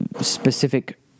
specific